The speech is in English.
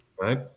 right